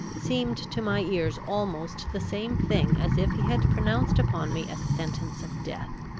seemed to my ears almost the same thing as if he had pronounced upon me a sentence of death!